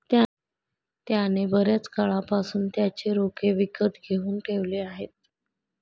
त्याने बर्याच काळापासून त्याचे रोखे विकत घेऊन ठेवले आहेत